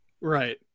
Right